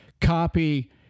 copy